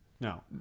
No